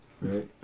Right